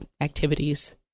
activities